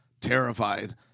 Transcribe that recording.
terrified